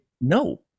no